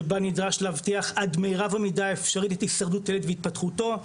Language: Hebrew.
שבה נדרש להבטיח עד מרב המידה האפשרית את הישרדות הילד והתפתחותו,